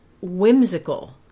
whimsical